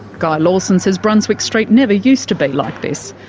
guy lawson says brunswick street never used to be like this.